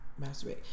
masturbate